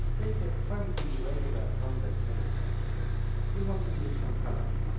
take a friendly regular convex polygon you'll want to give it some colours.